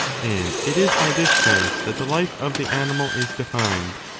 and it is by this sense that the life of the animal is defined,